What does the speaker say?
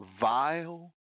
vile